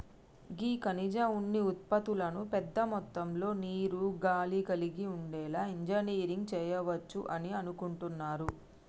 గీ ఖనిజ ఉన్ని ఉత్పతులను పెద్ద మొత్తంలో నీరు, గాలి కలిగి ఉండేలా ఇంజనీరింగ్ సెయవచ్చు అని అనుకుంటున్నారు